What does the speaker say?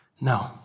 No